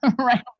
right